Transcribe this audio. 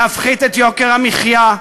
להפחית את יוקר המחיה,